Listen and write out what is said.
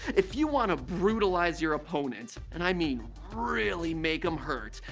if you want to brutalize your opponent and i mean really make them hurt.